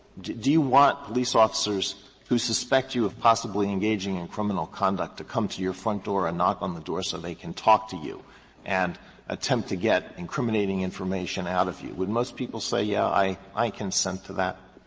do you want police officers who suspect you of possibly engaging in criminal conduct to come to your front door and knock on the door so they can talk to you and attempt to get incriminating information out of you, would most people say, yeah, i i consent to that?